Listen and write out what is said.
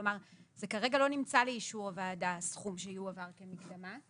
כלומר זה כרגע לא נמצא לאישור הוועדה הסכום שיועבר כמקדמה.